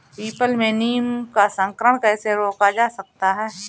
People में नीम का संकरण कैसे रोका जा सकता है?